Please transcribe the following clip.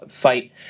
fight